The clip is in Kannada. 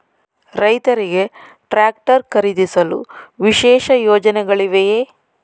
ರೈತರಿಗೆ ಟ್ರಾಕ್ಟರ್ ಖರೀದಿಸಲು ವಿಶೇಷ ಯೋಜನೆಗಳಿವೆಯೇ?